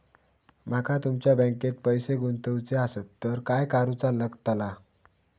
माका तुमच्या बँकेत पैसे गुंतवूचे आसत तर काय कारुचा लगतला?